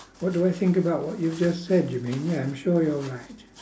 what do I think about what you just said you mean ya I'm sure you're right